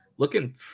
Looking